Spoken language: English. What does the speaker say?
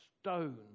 stone